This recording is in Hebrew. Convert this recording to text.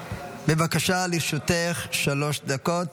בבקשה, לרשותך שלוש דקות.